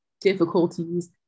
difficulties